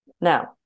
Now